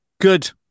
good